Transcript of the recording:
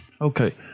Okay